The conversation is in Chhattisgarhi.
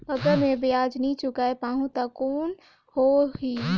अगर मै ब्याज नी चुकाय पाहुं ता कौन हो ही?